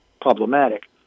problematic